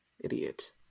Idiot